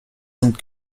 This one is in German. sind